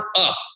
up